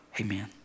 amen